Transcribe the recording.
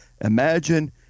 imagine